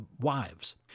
wives